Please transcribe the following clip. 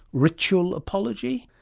ritual apology?